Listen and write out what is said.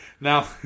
Now